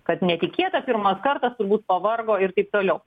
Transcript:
kad netikėta pirmas kartas turbūt pavargo ir taip toliau